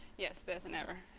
yes there's an error.